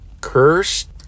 Cursed